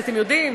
אתם יודעים,